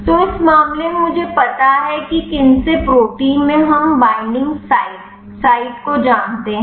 तो इस मामले में मुझे पता है किनसे प्रोटीन में हम बॉन्डिंग साइट साइट को जानते हैं